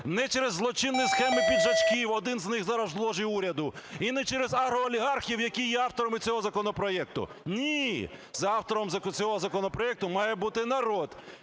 не через злочинні схеми "піджачків", один з них зараз в ложі уряду, і не через агроолігархів, які є авторами цього законопроекту. Ні! Автором цього законопроекту має бути народ